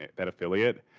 that affiliate.